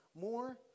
more